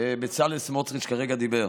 בצלאל סמוטריץ' כרגע אמר.